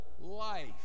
life